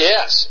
Yes